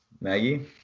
Maggie